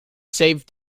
save